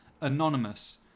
anonymous